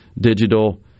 digital